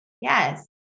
yes